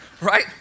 right